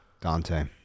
Dante